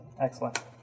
excellent